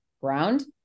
ground